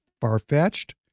far-fetched